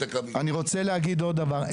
אני רוצה להגיד עוד דבר.